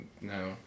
No